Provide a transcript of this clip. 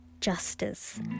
justice